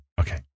Okay